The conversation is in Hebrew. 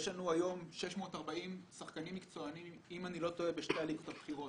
יש לנו היום 640 שחקנים מקצוענים בשתי הליגות הבכירות.